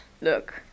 look